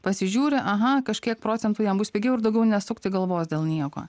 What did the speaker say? pasižiūri aha kažkiek procentų jam bus pigiau ir daugiau nesukti galvos dėl nieko